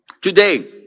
Today